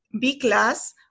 b-class